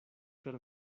per